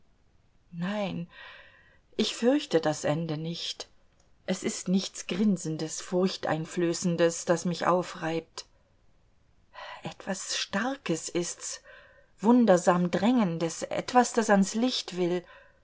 nein ich fürchte das ende nicht es ist nichts grinsendes furchteinflößendes das mich aufreibt etwas starkes ist's wundersam drängendes etwas das an's licht will